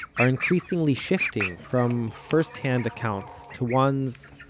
are increasingly shifting from first hand accounts to ones,